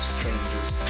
Strangers